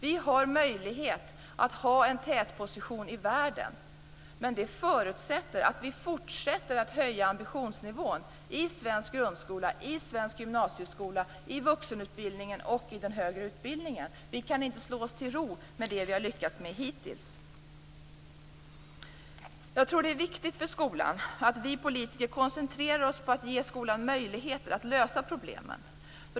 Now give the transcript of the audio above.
Vi har en möjlighet att inta en tätposition i världen. Men det förutsätter att vi fortsätter att höja ambitionsnivån i svensk grundskola, gymnasieskola, vuxenutbildning och högre utbildning. Vi kan inte slå oss till ro med det vi har lyckats med hittills. Det är viktigt för skolan att vi politiker koncentrerar oss på att ge skolan möjligheter att lösa problemen.